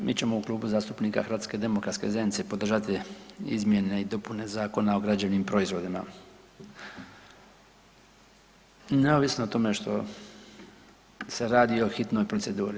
Mi ćemo u Klubu zastupnika HDZ-a podržati izmjene i dopune Zakona o građevnim proizvodima neovisno o tome što se radi o hitnoj proceduri.